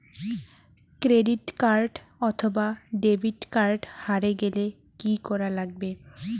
Credit card অথবা debit card হারে গেলে কি করা লাগবে?